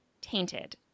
tainted